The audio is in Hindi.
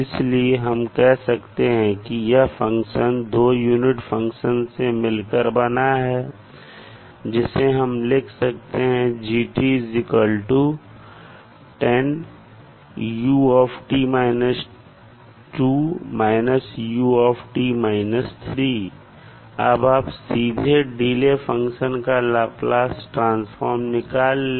इसलिए हम कह सकते हैं कि यह फंक्शन दो यूनिट फंक्शन से मिलकर बना है जिसे हम लिख सकते हैं g 10ut − 2 − ut − 3 अब आप सीधे डिले फंक्शन का लाप्लास ट्रांसफॉर्म निकाल ले